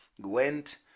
went